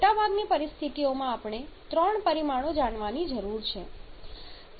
મોટાભાગની પરિસ્થિતિઓમાં આપણે ત્રણ પરિમાણો જાણવાની જરૂર છે